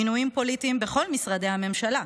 מינויים פוליטיים בכל משרדי הממשלה,